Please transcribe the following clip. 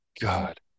God